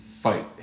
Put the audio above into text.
fight